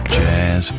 jazz